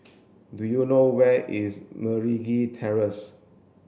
do you know where is Meragi Terrace